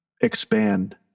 expand